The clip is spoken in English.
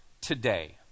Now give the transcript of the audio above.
today